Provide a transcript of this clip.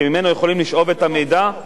שממנו יכולים לשאוב את המידע,